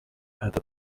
этот